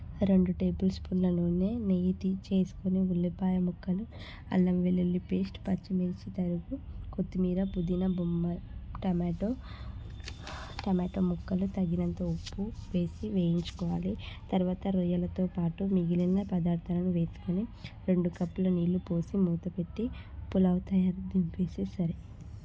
రెండు టేబుల్ స్పూన్ల నూనె నెయ్యి తి చేసుకుని ఉల్లిపాయ ముక్కలు అల్లం వెల్లుల్లి పేస్ట్ పచ్చిమిర్చి తరుపు కొత్తిమీర పుదీనా బొంబాయి టమాటో టమాటో ముక్కలు తగినంత ఉప్పు వేసి వేయించుకోవాలి తర్వాత రొయ్యలతో పాటు మిగిలిన పదార్థాలను వేసుకొని రెండు కప్పులు నీళ్లు పోసి మూతపెట్టి పులావ్ తయారు దింపేస్తే సరే